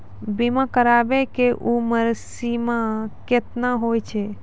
बीमा कराबै के उमर सीमा केतना होय छै?